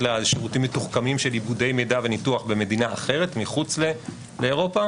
שירותים מתוחכמים של עיבודי מידע וניתוח במדינה אחרת מחוץ לאירופה,